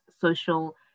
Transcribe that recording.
social